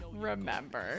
remember